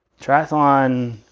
triathlon